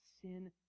Sin